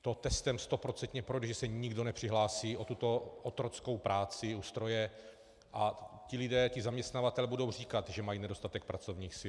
To testem stoprocentně, protože se nikdo nepřihlásí o tuto otrockou práci u stroje, a ti lidé, ti zaměstnavatelé, budou říkat, že mají nedostatek pracovních sil.